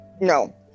No